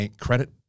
Credit